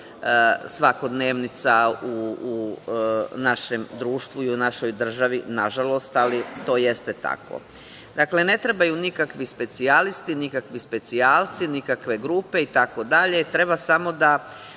svakodnevnica u našem društvu i u našoj državi, nažalost, ali to jeste tako. Dakle, ne trebaju nikakvi specijalisti, nikakvi specijalci, nikakve grupe itd. Treba samo